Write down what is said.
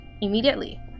immediately